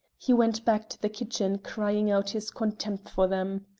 he went back to the kitchen crying out his contempt for them.